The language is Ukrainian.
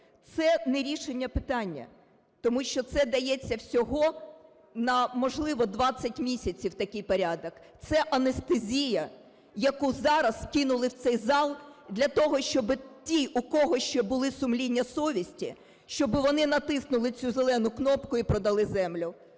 Це не рішення питання, тому що це дається всього на, можливо, 20 місяців, такий порядок. Це анестезія, яку зараз кинули в цей зал для того, щоб ті, у кого ще були сумління совісті, щоб вони натиснули цю зелену кнопку і продали землю.